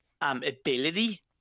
ability